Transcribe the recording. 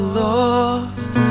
lost